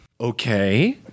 Okay